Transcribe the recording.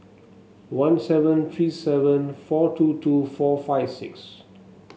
one seven three seven four two two four five six